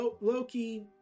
Loki